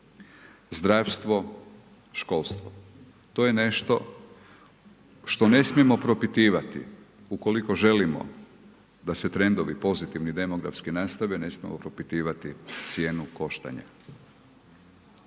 zdravstvo, školstvo. To je nešto, što ne smijemo propitivati, ukoliko želimo da se trendovi pozitivni, demografski nastave, ne smijemo propitivati cijenu koštanja.